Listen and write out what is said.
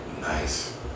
Nice